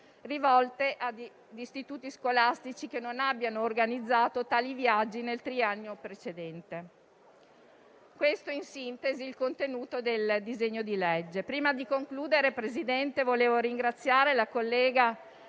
rivolte a istituti scolastici che non abbiano organizzato tali viaggi nel triennio precedente. Questo, in sintesi, è il contenuto del disegno di legge.